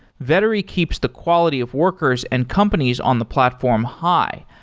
vettery keeps the quality of workers and companies on the platform high,